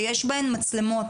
שיש בהן מצלמות.